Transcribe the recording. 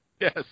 Yes